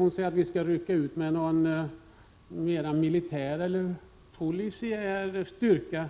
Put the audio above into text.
Anser hon att vi skall rycka ut med en militär eller polisiär styrka